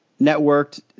networked